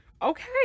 Okay